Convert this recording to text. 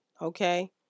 okay